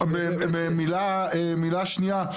מילה שנייה,